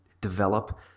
develop